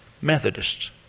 Methodists